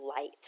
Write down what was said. light